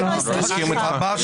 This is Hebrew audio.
הוא לא הסכים איתך.